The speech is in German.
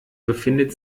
befindet